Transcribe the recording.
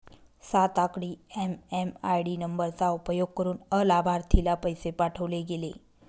सात आकडी एम.एम.आय.डी नंबरचा उपयोग करुन अलाभार्थीला पैसे पाठवले गेले